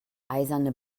eiserne